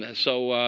and so